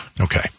Okay